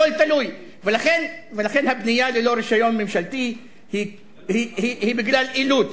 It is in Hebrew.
לכן, הבנייה ללא רשיון ממשלתי היא בגלל אילוץ.